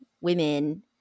women